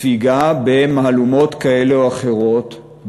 ספיגה במהלומות כאלה או אחרות,